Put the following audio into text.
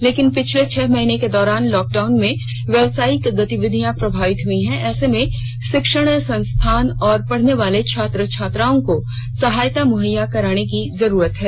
लेकिन पिछले छह महीने के दौरान लॉकडाउन में व्यवसायिक गतिविधियां प्रभावित हुई है ऐसे में षिक्षण संस्थान और पढ़ने वाले छात्र छात्राओं को सहायता मुहैय़या कराने की जरूरत है